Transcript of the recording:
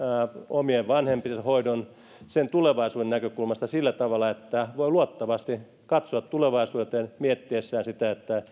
omien vanhempiensa hoidon niiden tulevaisuuden näkökulmasta sillä tavalla että voi luottavaisesti katsoa tulevaisuuteen miettiessään sitä